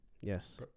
Yes